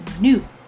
new